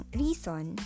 reason